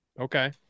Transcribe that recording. Okay